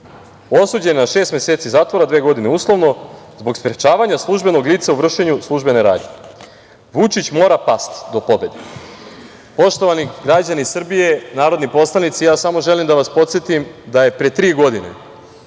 osuđen na šest meseci zatvora, dve godine uslovno zbog sprečavanja služenog lica u vršenju službene radnje, Vučić mora pasti do pobede. Poštovani građani Srbije, narodni poslanici, ja samo želim da vas podsetim da je pre tri godine